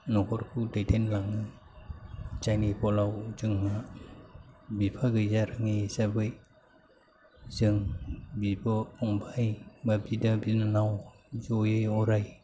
न'खरखौ दैदेनलाङो जायनि फलाव जोङो बिफा गैजारोङै हिसाबै जों बिब' फंबाय बा बिदा बिनानाव ज'यै अराय